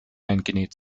eingenäht